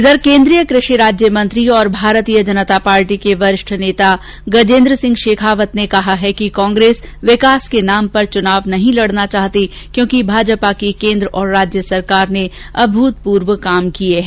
इधर केन्द्रीय कृषि राज्य मंत्री तथा भारतीय जनता पार्टी के वरिष्ठ नेता गजेन्द्र सिंह शेखावत ने कहा है कि कांग्रेस विकास के नाम पर चुनाव नहीं लड़ना चाहती क्योंकि भाजपा की केंद्र और राज्य सरकार ने अभूतपूर्व काम किये हैं